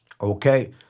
okay